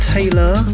Taylor